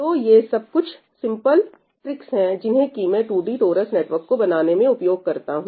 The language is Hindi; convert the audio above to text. तो ये सब कुछ सिंपल ट्रिक्स हैं जिन्हें कि मैं 2D टोरस नेटवर्क को बनाने में उपयोग करता हूं